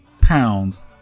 pounds